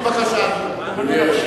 בבקשה, אדוני.